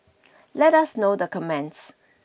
let us know the comments